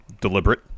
deliberate